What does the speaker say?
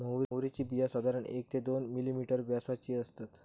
म्होवरीची बिया साधारण एक ते दोन मिलिमीटर व्यासाची असतत